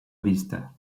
vista